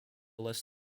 less